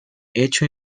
hecho